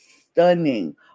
stunning